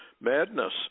madness